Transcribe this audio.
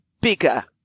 bigger